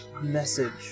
message